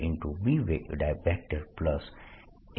A મેં B